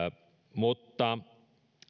mutta